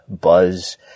buzz